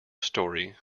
story